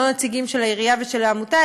לא נציגים של העירייה ושל העמותה,